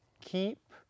Keep